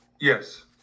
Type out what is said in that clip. Yes